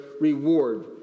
reward